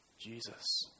Jesus